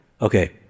okay